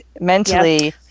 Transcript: mentally